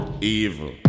Evil